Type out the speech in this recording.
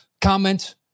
comment